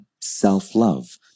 self-love